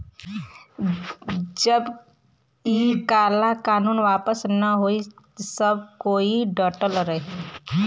जब इ काला कानून वापस न होई सब कोई डटल रही